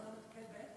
במה?